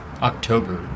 October